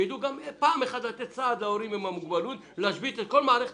שיידעו גם פעם אחת לתת סעד להורים של ילדים עם מוגבלות להשבית את כל מערכת